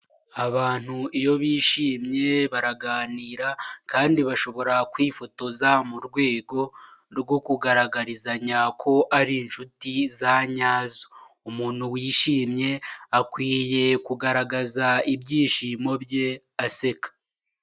Abantu iyo bishimye baraganira kandi bashobora kwifotoza mu rwego rwo kugaragarizanya ko ari inshuti zanyazo umuntu wishimye akwiye kugaragaza ibyishimo bye aseka.